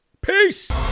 Peace